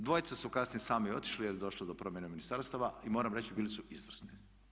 Dvojca su kasnije sami otišli jer je došlo do promjene ministarstava i moram reći bili su izvrsni.